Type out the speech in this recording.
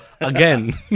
Again